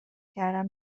کردم